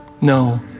No